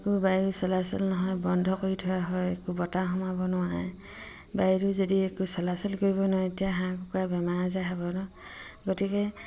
একো বায়ু চলাচল নহয় বন্ধ কৰি থোৱা হয় একো বতাহ সোমাব নোৱাৰে বায়ুটো যদি একো চলাচল কৰিব নোৱাৰে তেতিয়া হাঁহ কুকুৰা বেমাৰ আজাৰ হ'ব নহ্ গতিকে